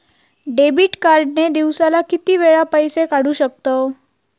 Debit card ने दिवसाला किती वेळा पैसे काढू शकतव?